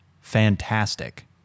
fantastic